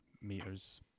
meters